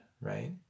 right